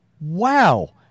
wow